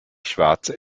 schwarze